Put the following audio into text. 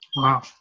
Wow